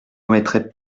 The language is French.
remettrai